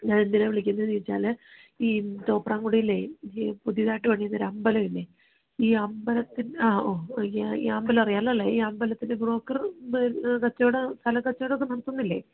ഞാൻ എന്തിനാണ് വിളിക്കുന്നത് എന്ന് ചോദിച്ചാൽ ഈ തോപ്രാംകുടിയിലെ ഈ പുതിയതായിട്ട് പണിയുന്ന ഒരു അമ്പലം ഇല്ലേ ഈ അമ്പലത്തിൻ്റെ ആ ഒ ഈ അമ്പലം അറിയാമല്ലോ അല്ലെ ഈ അമ്പലത്തിൻ്റെ ബ്രോക്കർ പിന്നെ കച്ചവടം സ്ഥലം കച്ചവടം ഒക്കെ നടത്തുന്നില്ലേ